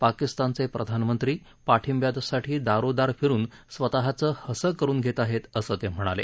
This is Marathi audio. पाकिस्तानचे प्रधानमंत्री पाठिंब्यासाठी दारोदार फिरून स्वतःच हसं करून घेत आहेत असं ते म्हणाले